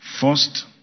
First